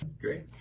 Great